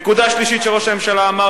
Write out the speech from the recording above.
נקודה שלישית שראש הממשלה אמר,